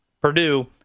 Purdue